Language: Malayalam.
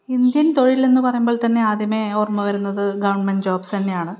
ഇന്ത്യൻ തൊഴിൽ എന്നു പറയുമ്പോൾ തന്നെ ആദ്യമേ ഓർമ്മ വരുന്നത് ഗവൺമെൻ്റ് ജോബ്സ് തന്നെയാണ്